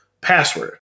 password